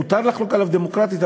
מותר לחלוק עליו דמוקרטית,